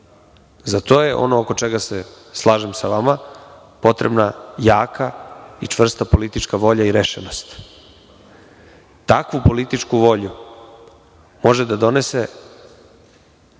Za to je ono, oko čega se slažem sa vama, potrebna jaka i čvrsta politička volja i rešenost. Takvu političku volju može da donese